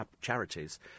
charities